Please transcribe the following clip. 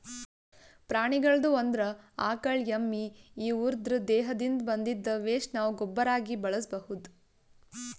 ಪ್ರಾಣಿಗಳ್ದು ಅಂದ್ರ ಆಕಳ್ ಎಮ್ಮಿ ಇವುದ್ರ್ ದೇಹದಿಂದ್ ಬಂದಿದ್ದ್ ವೆಸ್ಟ್ ನಾವ್ ಗೊಬ್ಬರಾಗಿ ಬಳಸ್ಬಹುದ್